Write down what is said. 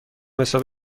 حساب